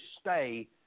stay